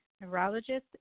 neurologist